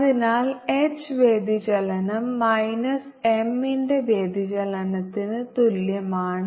അതിനാൽ എച്ച് വ്യതിചലനം minus M ന്റെ വ്യതിചലനത്തിന് തുല്യമാണ്